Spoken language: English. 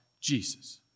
Jesus